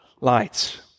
lights